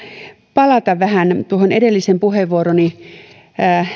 palata vähän tuohon edellisen puheenvuoroni